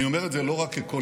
אני אומר את זה לא רק כקולקטיב,